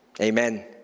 Amen